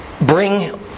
bring